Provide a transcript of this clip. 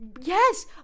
Yes